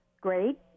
Great